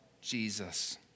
Jesus